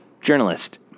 journalist